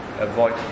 avoid